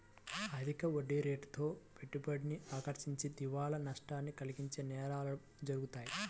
అధిక వడ్డీరేట్లతో పెట్టుబడిని ఆకర్షించి దివాలా నష్టాన్ని కలిగించే నేరాలు జరుగుతాయి